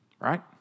Right